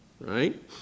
Right